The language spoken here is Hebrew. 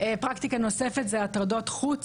פרקטיקה נוספת זה הטרדות חוץ